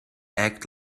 act